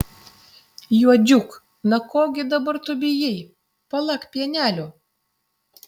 juodžiuk na ko gi dabar tu bijai palak pienelio